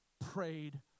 prayed